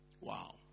Wow